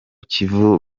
kivu